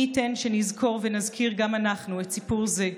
מי ייתן שנזכור ונזכיר גם אנחנו סיפור זה,